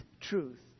truth